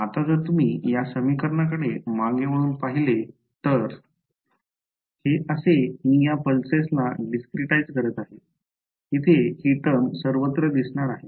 आता जर तुम्ही या समीकरणाकडे मागे वळून पाहिले तर हे असे मी या पल्सेस ला discretize करत आहे येथे ही टर्म सर्वत्र दिसणार आहे